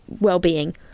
well-being